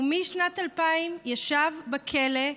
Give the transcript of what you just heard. הוא משנת 2000 ישב בכלא,